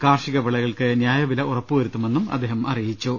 കാർഷിക വിളകൾക്ക് ന്യായവില ഉറപ്പുവരുത്തുമെന്നും അദ്ദേഹം അറിയിച്ചു